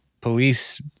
police